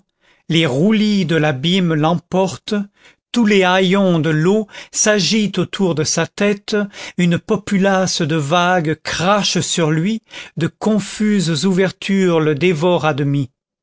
les roulis de l'abîme l'emportent tous les haillons de l'eau s'agitent autour de sa tête une populace de vagues crache sur lui de confuses ouvertures le dévorent à demi